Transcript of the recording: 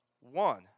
One